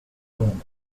home